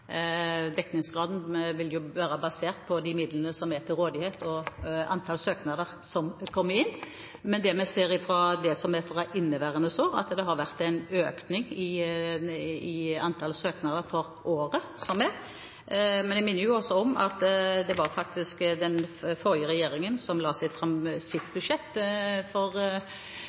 Dekningsgraden vil være basert på de midlene som er til rådighet, og antall søknader som kommer inn. Men det vi ser fra inneværende år, er at det har vært en økning i antall søknader. Jeg minner også om at det faktisk var den forrige regjeringen som la fram sitt budsjett for